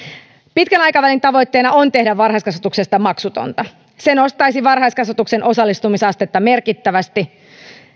pitkän aikavälin tavoitteena on tehdä varhaiskasvatuksesta maksutonta se nostaisi varhaiskasvatuksen osallistumisastetta merkittävästi